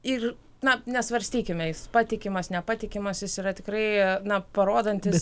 ir na nesvarstykime jis patikimas nepatikimas jis yra tikrai na parodantis